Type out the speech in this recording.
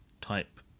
type